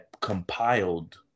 compiled